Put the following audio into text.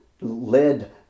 led